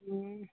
नहि